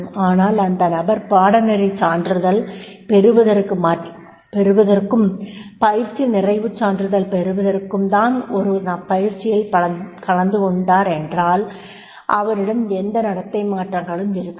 ஆனால் அந்த நபர் பாடநெறி சான்றிதழ் பெறுவதற்கும் பயிற்சி நிறைவுச் சான்றிதழ் பெறுவதற்கும் தான் ஒரு பயிற்சியில் கலந்து கொண்டுள்ளார் என்றாலும் அவரிடம் எந்த நடத்தை மாற்றங்களும் இருக்காது